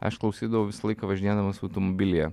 aš klausydavau visą laiką važinėdamas automobilyje